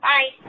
Bye